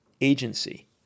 agency